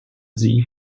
sie